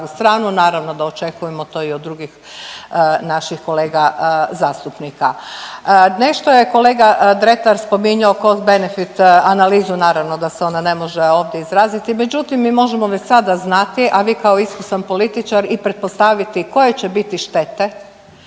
stranu, naravno da to očekujemo to i od drugih naših kolega zastupnika. Nešto je kolega Dretar spominjao cost benefit analizu, naravno da se ona ne može ovdje izraziti, međutim, mi možemo već sada znati, a vi kao iskusan političar i pretpostaviti koje će biti štete